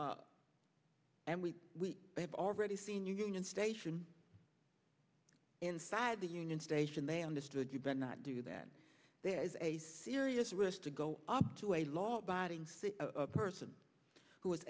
risk and we have already seen union station inside the union station they understood you better not do that there is a serious risk to go up to a law abiding see a person who